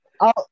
I'll-